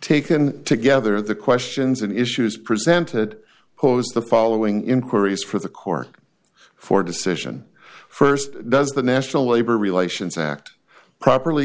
taken together the questions and issues presented posed the following inquiries for the cork for decision first does the national labor relations act properly